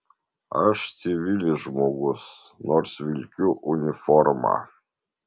aš civilis žmogus nors vilkiu uniformą